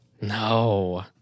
No